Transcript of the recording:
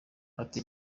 ati